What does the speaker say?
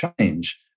change